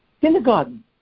kindergarten